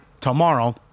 tomorrow